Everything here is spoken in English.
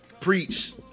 preach